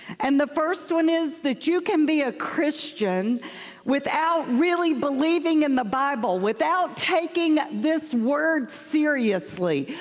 and the first one is that you can be a christian without really believing in the bible, without taking this word seriously,